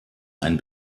ein